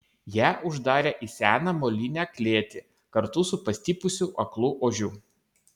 ją uždarė į seną molinę klėtį kartu su pastipusiu aklu ožiu